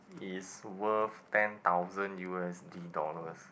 is worth ten thousand U_S_D dollars